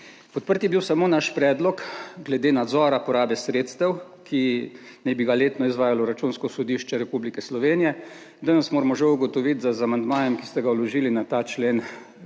Podprt je bil samo naš predlog glede nadzora porabe sredstev, ki naj bi ga letno izvajalo Računsko sodišče Republike Slovenije. Danes moramo žal ugotoviti, da z amandmajem, ki ste ga vložili na ta člen,